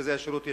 במרכזי השירות יש